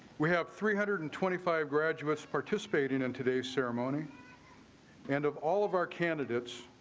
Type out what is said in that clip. we have three hundred and twenty five graduates participating in today's ceremony and of all of our candidates.